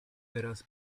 teraz